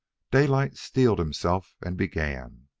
daylight steeled himself and began.